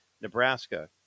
Nebraska